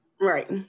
right